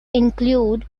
included